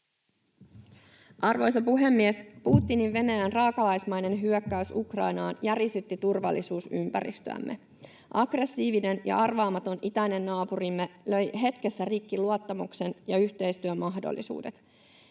Arvoisa puhemies! Putinin Venäjän raakalaismainen hyökkäys Ukrainaan järisytti turvallisuusympäristöämme. Aggressiivinen ja arvaamaton itäinen naapurimme löi hetkessä rikki luottamuksen ja yhteistyömahdollisuudet.